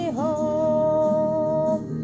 home